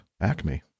ACME